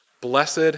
Blessed